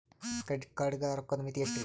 Credit card ಗ ರೋಕ್ಕದ್ ಮಿತಿ ಎಷ್ಟ್ರಿ?